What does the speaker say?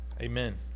Amen